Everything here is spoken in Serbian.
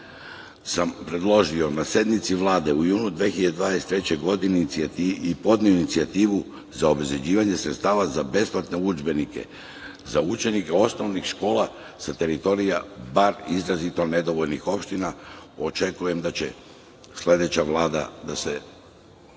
sam predložio na sednici Vlade u junu 2023. godine i podneo inicijativu za obezbeđivanje sredstava za besplatne udžbenike za učenike osnovnih škola sa teritorija bar izrazito nedovoljno razvijenih opština. Očekujem da će sledeća Vlada da se pozabavi